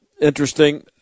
interesting